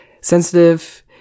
Sensitive